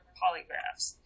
polygraphs